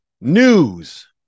news